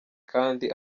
kandi